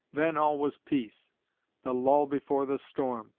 then all was peace the lull before the storm.